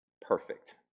Perfect